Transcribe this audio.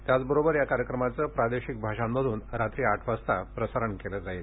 त्याचबरोबर या कार्यक्रमाचं प्रादेशिक भाषांमधून रात्री आठ वाजता प्रसारण केलं जाणार आहे